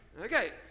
Okay